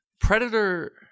predator